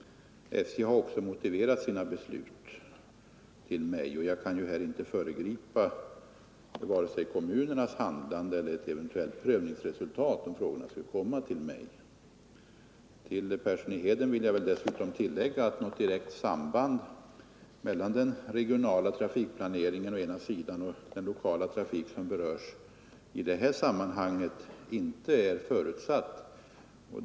SJ har också motiverat sina beslut till mig. Jag kan här inte föregripa vare sig kommunernas handlande eller ett eventuellt prövningsresultat om frågorna skulle komma till mig. Till herr Persson i Heden vill jag dessutom tillägga att något direkt samband mellan den regionala trafikplaneringen och den lokala trafik som berörs i det här sammanhanget inte är förutsatt.